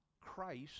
Christ